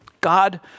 God